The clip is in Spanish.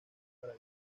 para